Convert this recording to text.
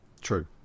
True